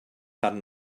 tan